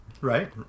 right